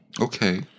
Okay